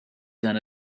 dan